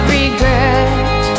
regret